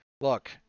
Look